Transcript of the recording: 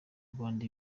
rwanda